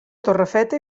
torrefeta